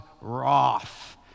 wrath